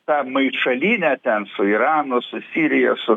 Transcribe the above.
ta maišalynė ten su iranu su sirija su